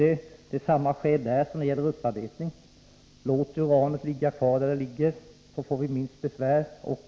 Det är samma skäl där som när det gäller upparbetning: Låt uranet ligga kvar där det ligger, så får vi minst besvär.